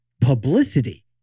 Publicity